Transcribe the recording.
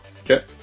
Okay